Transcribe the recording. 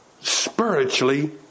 spiritually